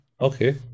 Okay